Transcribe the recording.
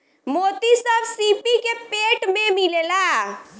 मोती सब सीपी के पेट में मिलेला